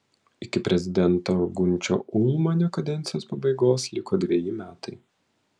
iki prezidento gunčio ulmanio kadencijos pabaigos liko dveji metai